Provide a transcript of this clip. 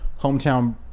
hometown